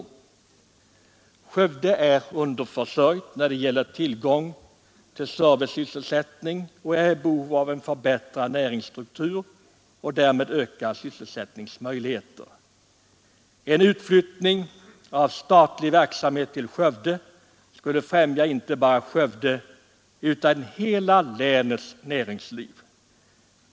Skövde är underförsörjt när det gäller tillgång till servicesysselsättning och är i behov av en förbättrad näringsstruktur och därmed ökade sysselsättningsmöjligheter. En utflyttning av statlig verksamhet till Skövde skulle främja inte bara Skövde utan hela länets näringsliv.